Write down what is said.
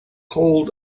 hold